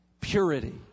Purity